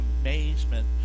amazement